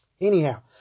anyhow